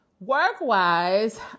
Work-wise